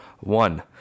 one